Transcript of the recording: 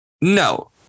No